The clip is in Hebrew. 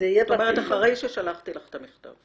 זאת אומרת, אחרי ששלחתי לך את המכתב.